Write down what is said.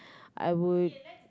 I would